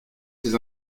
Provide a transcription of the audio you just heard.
ces